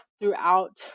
throughout